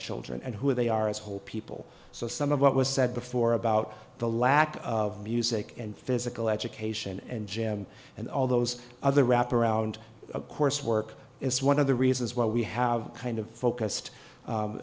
children and who they are as whole people so some of what was said before about the lack of music and physical education and gym and all those other wrap around of course work is one of the reasons why we have kind of focused